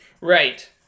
Right